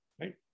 right